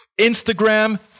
Instagram